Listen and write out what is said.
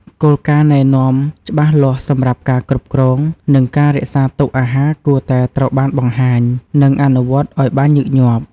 គោលការណ៍ណែនាំច្បាស់លាស់សម្រាប់ការគ្រប់គ្រង និងការរក្សាទុកអាហារគួរតែត្រូវបានបង្ហាញ និងអនុវត្តឲ្យបានញឹកញាប់។